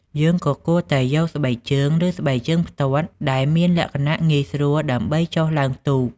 យើងក៏គួរតែយក ស្បែកជើង ឬស្បែកជើងផ្ទាត់ដែលមានលក្ខណៈងាយស្រួលដើម្បីចុះឡើងទូក។